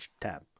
tab